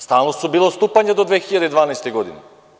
Stalno su bila odstupanja do 2012. godine.